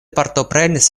partoprenis